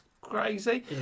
crazy